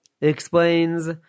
explains